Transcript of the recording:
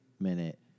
minute